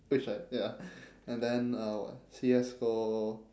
which like wait ah and then uh what CSGO